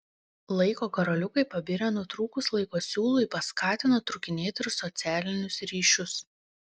laiko karoliukai pabirę nutrūkus laiko siūlui paskatino trūkinėti ir socialinius ryšius